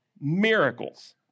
miracles